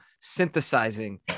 synthesizing